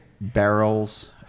barrels